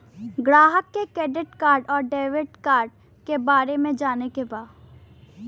ग्राहक के credit card और डेविड कार्ड के बारे में जाने के बा?